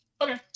okay